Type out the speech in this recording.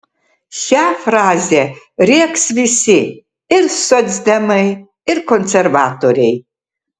šią frazę rėks visi ir socdemai ir konservatoriai